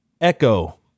Echo